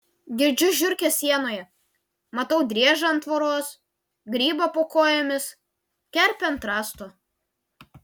girdžiu žiurkes sienoje matau driežą ant tvoros grybą po kojomis kerpę ant rąsto